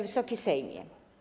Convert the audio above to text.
Wysoki Sejmie!